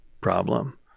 problem